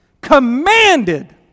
commanded